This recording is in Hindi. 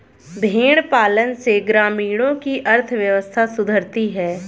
भेंड़ पालन से ग्रामीणों की अर्थव्यवस्था सुधरती है